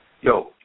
Yo